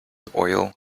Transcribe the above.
oil